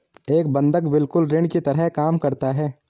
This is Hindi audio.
एक बंधक बिल्कुल ऋण की तरह काम करता है